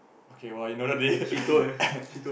okay !wah! you know the date